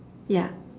yeah